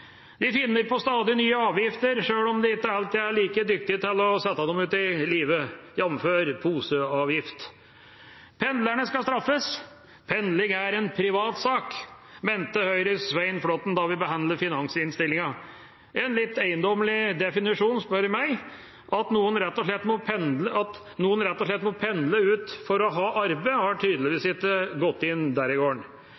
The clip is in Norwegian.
De finner på stadig nye avgifter, sjøl om man ikke alltid er like dyktig til å sette dem ut i livet, jf. poseavgift. Pendlerne skal straffes. Pendling er en privatsak, mente Høyres representant, Svein Flåtten, da vi behandlet finansinnstillingen – en litt eiendommelig definisjon, spør du meg. At noen rett og slett må pendle for å ha arbeid har tydeligvis ikke gått inn der i gården.